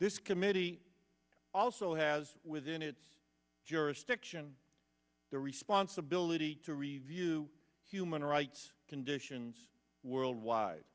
this committee also has within its jurisdiction the responsibility to review human rights conditions worldwide